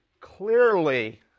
clearly